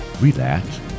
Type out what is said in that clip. relax